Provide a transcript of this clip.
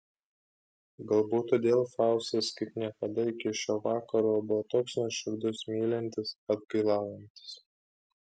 galbūt todėl faustas kaip niekada iki šio vakaro buvo toks nuoširdus mylintis atgailaujantis